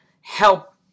help